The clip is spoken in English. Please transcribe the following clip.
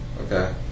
Okay